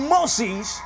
Moses